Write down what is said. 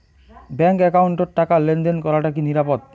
Bank একাউন্টত টাকা লেনদেন করাটা কি নিরাপদ?